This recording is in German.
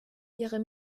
ihre